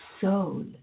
soul